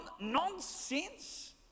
Nonsense